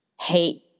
hate